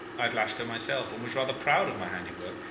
i had lashed her myself, and was rather proud of my handiwork,